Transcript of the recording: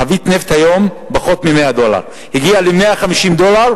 חבית נפט, מפחות מ-100 דולר הגיעה ל-150 דולר.